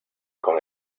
con